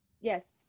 Yes